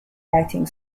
writing